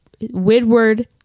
Widward